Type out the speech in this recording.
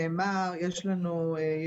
אנחנו נאפשר את זה.